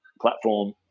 platform